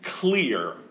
clear